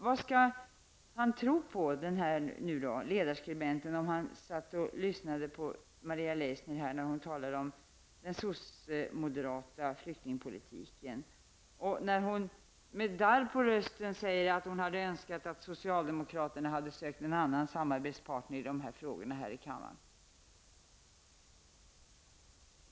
Vad skall den här ledarskribenten tro på, om han lyssnade på Maria Leissner när hon talade om den ''sossemoderata'' flyktingpolitiken. Med darr på rösten sade hon att hon hade önskat att socialdemokraterna hade sökt en annan samarbetspartner i de här frågorna.